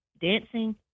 dancing